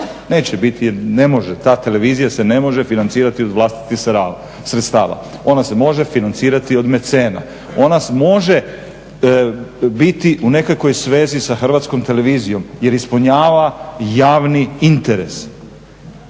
Neće biti jer ne može, ta televizija se ne može financirati od vlastitih sredstava. Ona se može financirati od mecena. Ona može biti u nekakvoj svezi sa Hrvatskom televizijom je ispunjava javni interes.